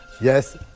yes